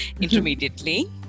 intermediately